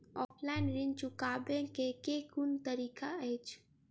Offline ऋण चुकाबै केँ केँ कुन तरीका अछि?